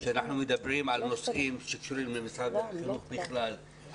כשאנחנו מדברים על נושאים שקשורים למשרד החינוך בכלל,